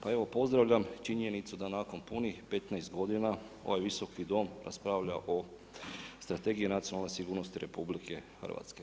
Pa evo pozdravljam činjenicu da nakon punih 15 godina ovaj Visoki dom raspravlja o Strategiji nacionalne sigurnosti RH.